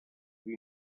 you